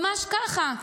ממש ככה.